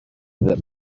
that